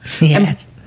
Yes